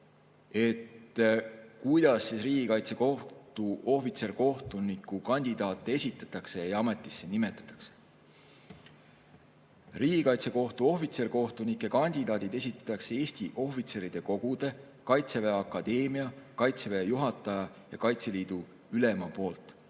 kuidas Riigikaitsekohtu ohvitserkohtuniku kandidaate esitatakse ja ametisse nimetatakse. Riigikaitsekohtu ohvitserkohtunike kandidaadid esitatakse Eesti ohvitseride kogude, Kaitseväe Akadeemia, Kaitseväe juhataja ja Kaitseliidu ülema poolt.